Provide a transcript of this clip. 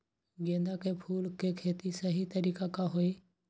गेंदा के फूल के खेती के सही तरीका का हाई?